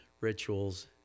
rituals